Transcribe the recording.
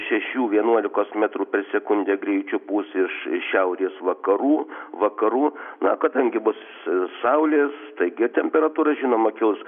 šešių vienuolikos metrų per sekundę greičiu pūs iš šiaurės vakarų vakarų na kadangi bus saulės taigi temperatūra žinoma kils